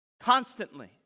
Constantly